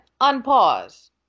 unpause